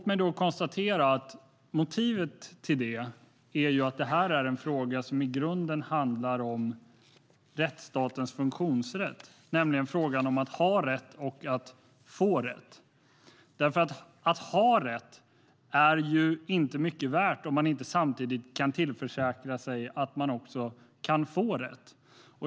Motivet till det är att det är en fråga som i grunden handlar om rättsstatens funktionssätt - att ha rätt och att få rätt. Att ha rätt är inte mycket värt om man inte kan tillförsäkra sig att också få rätt.